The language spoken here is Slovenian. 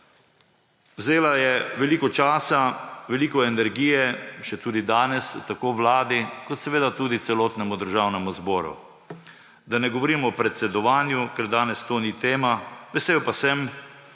Vzela je veliko časa, veliko energije, še tudi danes tako Vladi kot seveda tudi celotnemu Državnemu zboru, da ne govorim o predsedovanju, ker danes to ni tema. Vesel pa sem,